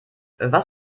was